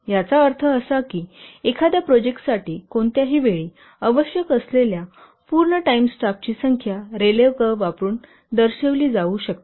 याचा अर्थ असा की एखाद्या प्रोजेक्टसाठी कोणत्याही वेळी आवश्यक असलेल्या पूर्णटाइम स्टाफ ची संख्या रेलेव्ह कर्व वापरून दर्शविली जाऊ शकते